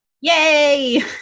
Yay